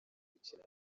gukina